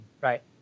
Right